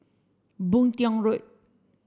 Boon Tiong Road